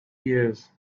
ears